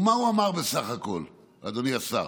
ומה הוא אמר בסך הכול, אדוני השר?